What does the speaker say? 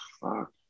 Fuck